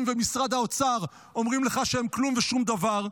ומשרד האוצר אומרים לך שהן כלום ושום דבר,